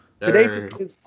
today